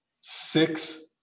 six